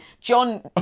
John